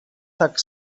tak